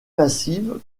massive